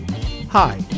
Hi